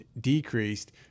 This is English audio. decreased